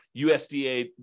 USDA